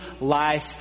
life